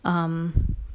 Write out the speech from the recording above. um